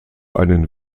einen